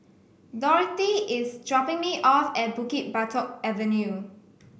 Dorthy is dropping me off at Bukit Batok Avenue